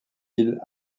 îles